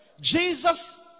Jesus